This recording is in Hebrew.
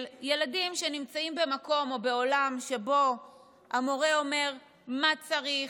של ילדים שנמצאים במקום או בעולם שבו המורה אומר מה צריך,